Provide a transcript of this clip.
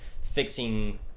fixing